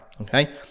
okay